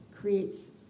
creates